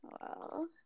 Wow